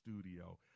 studio